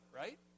right